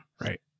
Right